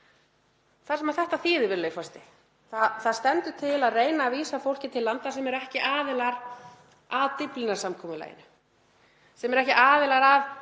Það sem þetta þýðir, virðulegi forseti, er að það stendur til að reyna að vísa fólki til landa sem eru ekki aðilar að Dyflinnarsamkomulaginu, sem eru ekki aðilar að